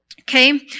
Okay